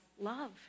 love